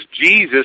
Jesus